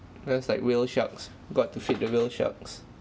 there's like whale sharks got to feed the whale sharks